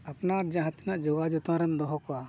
ᱟᱯᱱᱟᱨ ᱡᱟᱦᱟᱸ ᱛᱤᱱᱟᱹᱜ ᱡᱳᱜᱟᱣ ᱡᱚᱛᱚᱱ ᱨᱮᱢ ᱫᱚᱦᱚ ᱠᱚᱣᱟ